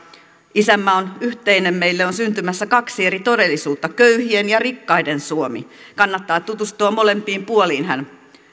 isänmaa on yhteinen meille on syntymässä kaksi eri todellisuutta köyhien ja rikkaiden suomi kannattaa tutustua molempiin puoliin hän